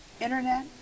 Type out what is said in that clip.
internet